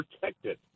protected